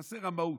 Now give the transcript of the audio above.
מעשה רמאות,